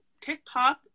TikTok